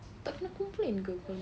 tak kena complaint ke kalau macam tu